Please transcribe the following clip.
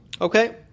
Okay